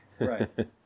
Right